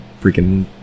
freaking